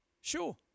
Sure